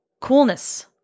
coolness